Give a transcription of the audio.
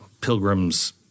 pilgrims